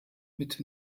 mit